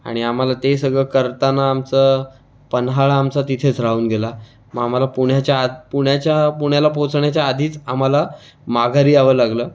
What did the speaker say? आणि आम्हाला ते सगळं करताना आमचं पन्हाळा आमचा तिथेच राहून गेला मग आम्हाला पुण्याच्या आत पुण्याच्या पुण्याला पोचण्याच्या आधीच आम्हाला माघारी यावं लागलं